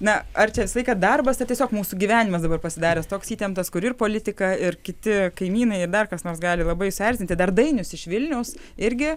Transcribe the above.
na ar čia visą laiką darbas ar tiesiog mūsų gyvenimas dabar pasidaręs toks įtemptas kur ir politika ir kiti kaimynai ir dar kas nors gali labai suerzinti dar dainius iš vilniaus irgi